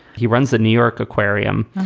he runs the new york aquarium.